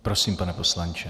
Prosím, pane poslanče.